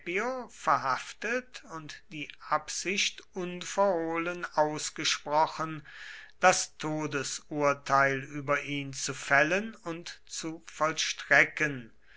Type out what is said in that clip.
verhaftet und die absicht unverhohlen ausgesprochen das todesurteil über ihn zu fällen und zu vollstrecken